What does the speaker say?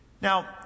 Now